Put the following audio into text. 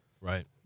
Right